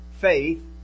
faith